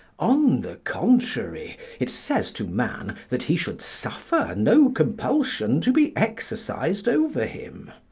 on the contrary, it says to man that he should suffer no compulsion to be exercised over him.